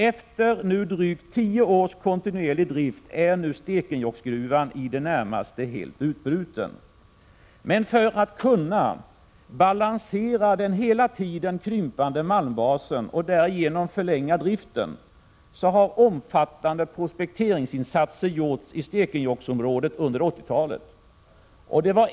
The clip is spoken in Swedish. Efter drygt tio års kontinuerlig drift är nu Stekenjokkgruvan i det närmaste helt utbruten. För att kunna balansera den hela tiden krympande malmbasen och därigenom förlänga driften har omfattande prospekteringsinsatser gjorts i Stekenjokksområdet under 80-talet.